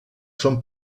són